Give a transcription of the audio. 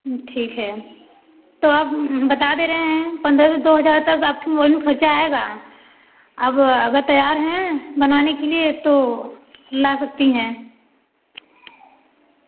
ठीक है तो अब बता दे रहे हैं पंद्रह से दो हज़ार तक आपकी मोबाइल में खर्चा आएगा अब अग तैयार है बनाने के लिए तो ला सकती हैं